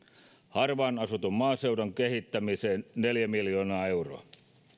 harvaanasutun maaseudun kehittämiseen neljä miljoonaa euroa